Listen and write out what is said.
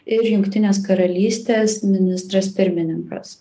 ir jungtinės karalystės ministras pirmininkas